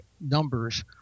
numbers